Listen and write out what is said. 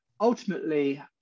ultimately